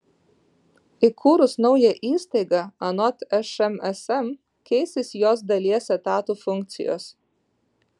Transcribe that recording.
įkūrus naują įstaigą anot šmsm keisis jos dalies etatų funkcijos